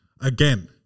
Again